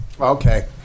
Okay